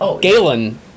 Galen